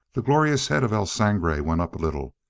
the glorious head of el sangre went up a little,